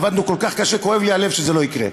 עבדנו כל כך קשה, כואב לי הלב שזה לא יקרה.